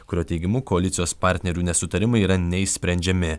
kurio teigimu koalicijos partnerių nesutarimai yra neišsprendžiami